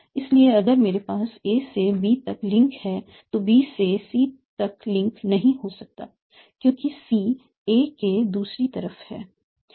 इसलिए अगर मेरे पास a से b तक लिंक है तो b से c तक लिंक नहीं हो सकता क्योंकि c a के दूसरी तरफ है